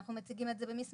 ואנחנו מציגים את זה במסמך.